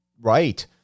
right